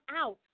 out